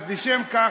אז לשם כך.